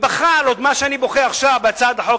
ובכה על מה שאני בוכה עכשיו בהצעת החוק,